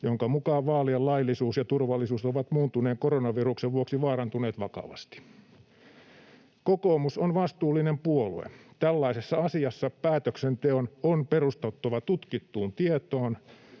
jonka mukaan vaalien laillisuus ja turvallisuus ovat muuntuneen koronaviruksen vuoksi vaarantuneet vakavasti. Kokoomus on vastuullinen puolue. Tällaisessa asiassa päätöksenteon on perustuttava tutkittuun tietoon,